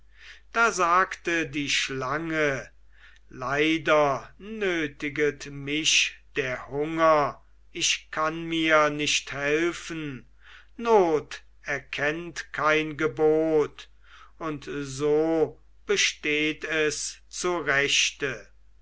da sagte die schlange leider nötiget mich der hunger ich kann mir nicht helfen not erkennt kein gebot und so besteht es zu rechte